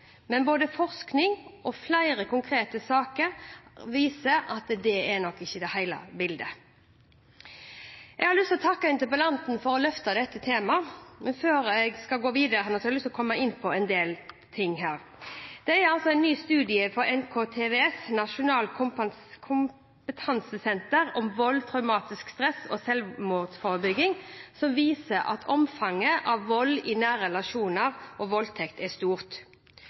men både forskning og flere konkrete saker viser at dette ikke er hele bildet. Jeg har lyst til å takke interpellanten for å løfte dette temaet. Før jeg går videre, har jeg lyst til å komme inn på en del ting. En ny studie fra Nasjonalt kunnskapssenter om vold og traumatisk stress, NKVTS, viser at omfanget av vold i nære relasjoner og voldtekt er stort.